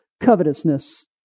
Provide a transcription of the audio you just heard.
covetousness